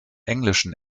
englischen